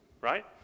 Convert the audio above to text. right